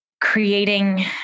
creating